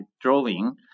drawing